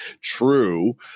true